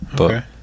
Okay